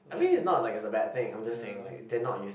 I mean is not like it's a bad thing I'm just saying like they're not use